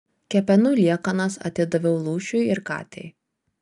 kepenų liekanas atidaviau lūšiui ir katei